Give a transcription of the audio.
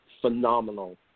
phenomenal